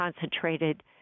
concentrated